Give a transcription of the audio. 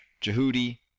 Jehudi